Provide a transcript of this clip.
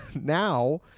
now